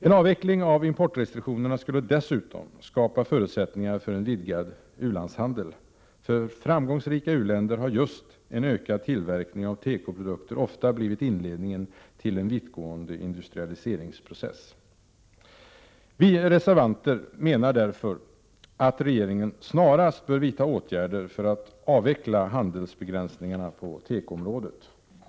En avveckling av importrestriktionerna skulle dessutom skapa förutsättningar för en vidgad u-landshandel. För framgångsrika u-länder har just en ökad tillverkning av tekoprodukter ofta blivit inledningen till en vittgående industrialiseringsprocess. Vi reservanter anser därför att regeringen snarast bör vidta åtgärder för att avveckla handelsbegränsningarna på tekoområdet.